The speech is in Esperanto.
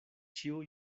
ĉiu